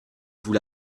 vous